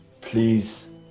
please